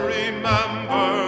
remember